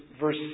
verse